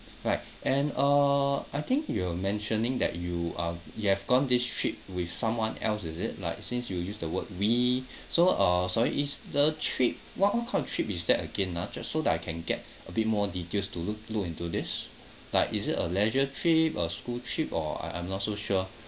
right and uh I think you were mentioning that you are you have gone this trip with someone else is it like since you use the word we so uh sorry is the trip what kind of trip is that again ah just so that I can get a bit more details to look look into this like is a leisure trip a school trip or I I'm not so sure